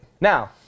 Now